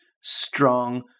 strong